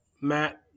Matt